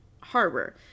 Harbor